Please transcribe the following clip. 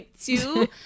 two